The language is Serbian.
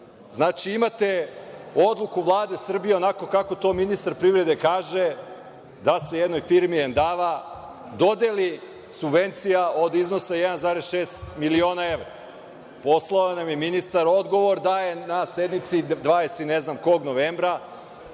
imate odluku Vlade Srbije onako kako to ministar privrede kaže, da se jednoj firmi „Endava“ dodeli subvencija od iznosa 1,6 miliona evra. Poslao nam je ministar odgovor da je na sednici dvadeset i nekog novembra